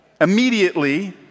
Immediately